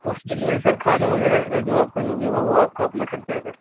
اُس میں جو ہے سر کھانے وغیرہ کا جو آپ کا جو بھی ہوگا وہ آپ کا اپنا خرچہ ہے سر